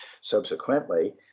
subsequently